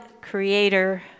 Creator